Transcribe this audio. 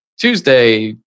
Tuesday